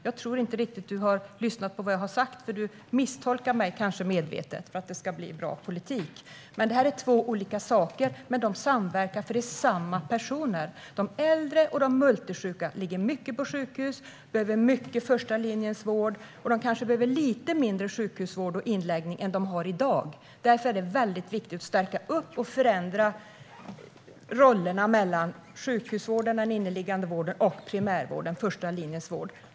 Jag tror inte att du har lyssnat riktigt på vad jag har sagt, eller kanske misstolkar du mig medvetet för att det ska bli bra politik. Det här är två olika saker. Men de samverkar, eftersom det gäller samma personer. De äldre och de multisjuka ligger mycket på sjukhus och behöver mycket första linjens vård. De kanske behöver lite mindre sjukhusvård och inläggning än de har i dag. Därför är det viktigt att stärka och förändra rollerna mellan sjukhusvården, den inneliggande vården och primärvården - första linjens vård.